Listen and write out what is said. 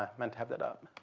ah meant to have that up.